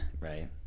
Right